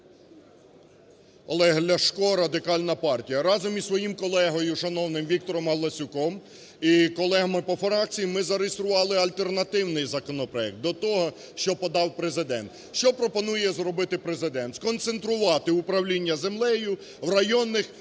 Олег Ляшко, Радикальна партія. Разом із своїм колегою шановним Віктором Галасюком і колегами по фракції ми зареєстрували альтернативний законопроект до того, що подав Президент. Що пропонує зробити Президент? Сконцентрувати управління землею в районних